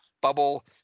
bubble